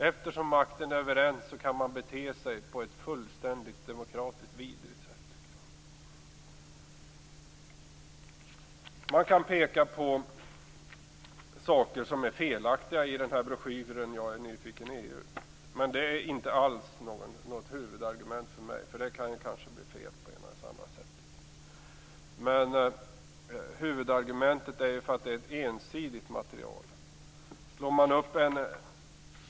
Eftersom makten är överens går det att bete sig på ett fullständigt demokratiskt vidrigt sätt. Det finns saker som är felaktiga i broschyren Jag är nyfiken EU. Men det är inte något huvudargument för mig. Det kan ju bli fel på ett eller annat sätt. Huvudargumentet är att det är fråga om ett ensidigt material.